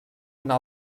una